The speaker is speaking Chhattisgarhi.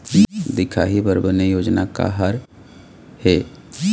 दिखाही बर बने योजना का हर हे?